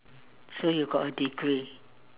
so you got a degree